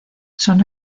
son